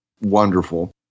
Wonderful